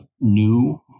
new